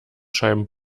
scheiben